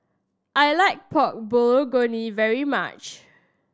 I like Pork Bulgogi very much